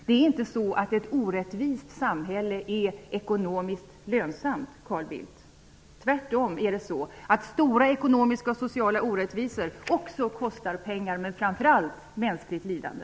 Det är inte så att ett orättvist samhälle är ekonomiskt lönsamt, Carl Bildt! Tvärtom är det så att stora ekonomiska och sociala orättvisor också kostar pengar. Men framför allt handlar det om mänskligt lidande.